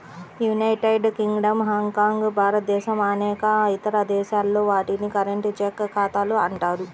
United Kingdom, Hong Kong, భారతదేశం అనేక ఇతర దేశాల్లో, వాటిని కరెంట్, చెక్ ఖాతాలు అంటారు